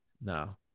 No